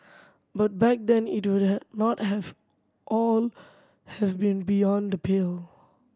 but back then it would not have all have been beyond the pale